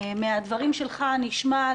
מהדברים שלך נשמע,